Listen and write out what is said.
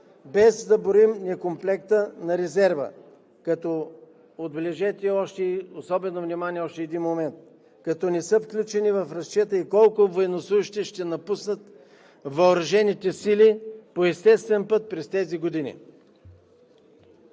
без да броим некомплекта на резерва, отбележете още един момент – като не са включени в разчета и колко военнослужещи ще напуснат въоръжените сили по естествен път през тези години?